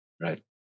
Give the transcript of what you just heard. Right